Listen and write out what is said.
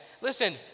Listen